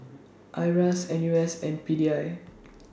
IRAS N U S and P D I